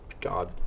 God